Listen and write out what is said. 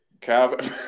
Calvin